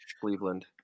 Cleveland